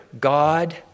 God